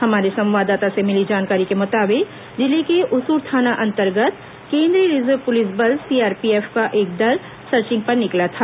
हमारे संवाददाता से मिली जानकारी के मुताबिक जिले के उसूर थाना अंतर्गत केंद्रीय रिजर्व पुलिस बल सीआरपीएफ का दल सर्चिंग पर निकला था